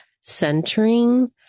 centering